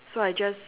so I just